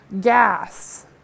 gas